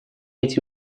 эти